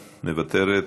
מוותרת,